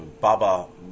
Baba